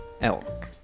Elk